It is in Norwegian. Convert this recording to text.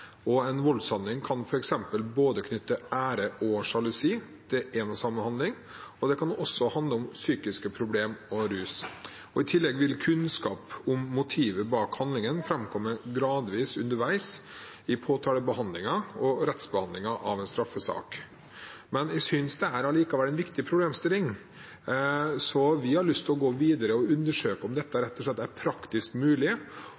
en voldshandling knyttes til både ære og sjalusi, og det kan også handle om psykiske problemer og rus. I tillegg vil kunnskap om motivet bak handlingen framkomme gradvis underveis i påtalebehandlingen og i rettsbehandlingen av en straffesak. Jeg synes likevel problemstillingen er viktig. Vi har lyst til å gå videre og undersøke om dette rett og slett er praktisk mulig,